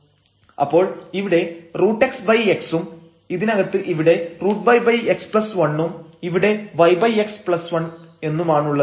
അപ്പോൾ ഇവിടെ √xx ഉം ഇതിനകത്ത് ഇവിടെ ഒരു √yx1 ഉം ഇവിടെ yx 1 എന്നുമാണുള്ളത്